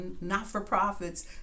not-for-profits